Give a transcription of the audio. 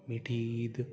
میٹھی عید